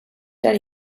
that